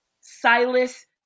Silas